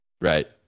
Right